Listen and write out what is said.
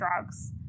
drugs